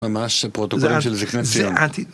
ממש פרוטוגרפיה של זיקני ציון